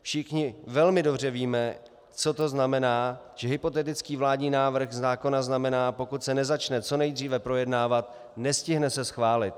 Všichni velmi dobře víme, co to znamená, že hypotetický vládní návrh zákona znamená, že pokud se nezačne co nejdříve projednávat, nestihne se schválit.